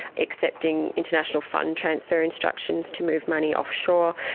accepting international fund transfer instructions to move money offshore,